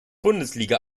bundesliga